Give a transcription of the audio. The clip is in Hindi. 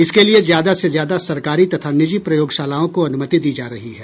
इसके लिए ज्यादा से ज्यादा सरकारी तथा निजी प्रयोगशालाओं को अनुमति दी जा रही है